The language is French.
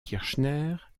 kirchner